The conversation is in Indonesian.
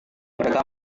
mereka